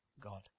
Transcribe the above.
God